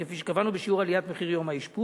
כפי שקבענו בשיעור עליית מחיר יום האשפוז.